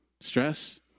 stress